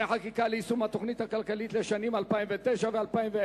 חקיקה ליישום התוכנית הכלכלית לשנים 2009 ו-2010),